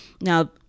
Now